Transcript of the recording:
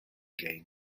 game